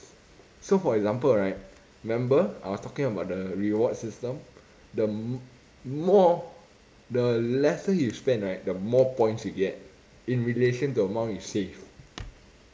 so for example right remember I was talking about the reward system the more the lesser you spend right the more points you get in relation to the amount you save